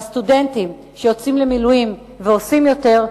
והסטודנטים שיוצאים למילואים ועושים יותר,